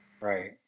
Right